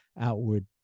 outward